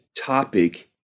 topic